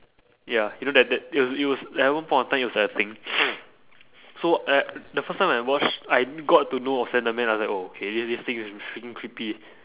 ya you know that that it was it was at one point of time it was like a thing so eh the first time when I watch I got to know of slender man I was like oh K this thing is f~ freaking creepy